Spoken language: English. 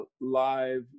live